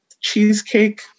cheesecake